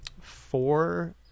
four